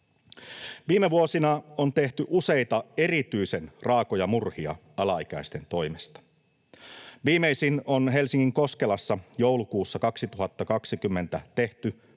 Viime vuosina on tehty useita erityisen raakoja murhia alaikäisten toimesta. Viimeisin on Helsingin Koskelassa joulukuussa 2020 tehty